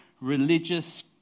religious